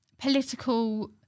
political